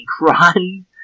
run